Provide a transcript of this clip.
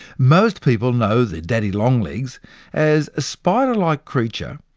most people know the daddy long legs as a spider-like creature,